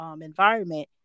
environment